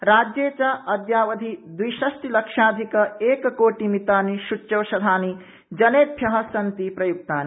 राज्ये च सम्प्रति यावत् द्विषष्टिलक्षाधिक एककोटिमितानि सूच्यौषधानि जनेभ्यः सन्ति स्प्रयुक्तानि